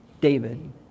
David